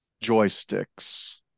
joysticks